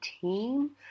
team